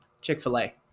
Chick-fil-a